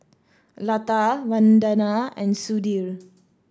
Lata Vandana and Sudhir